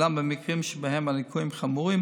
אולם במקרים שבהם הליקויים חמורים